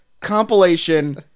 compilation